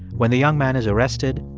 when the young man is arrested,